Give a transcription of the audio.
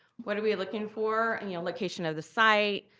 what are we looking for? and you know location of the site,